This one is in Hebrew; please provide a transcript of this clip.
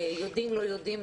יודעים לא יודעים,